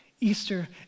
Easter